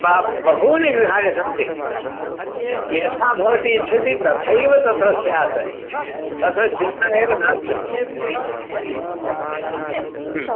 ब बहूनि गृहाणि सन्ति यथा भवती इच्छति तथैव तत्र स्यात् तद् चिन्ता एव नास्ति